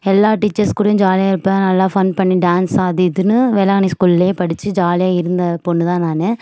எல்லா டீச்சர்ஸ் கூடயும் ஜாலியாக இருப்பேன் நல்லா ஃபண் பண்ணி டான்ஸ் அது இதுன்னு வேளாங்கண்ணி ஸ்கூல்லயே படிச்சு ஜாலியாக இருந்த பொண்ணு தான் நான்